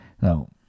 No